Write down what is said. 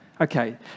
Okay